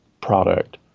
product